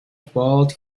fault